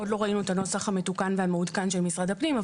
עוד לא ראינו את הנוסח המתוקן והמעודכן של משרד הפנים.